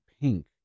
Pink